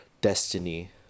destiny